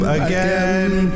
again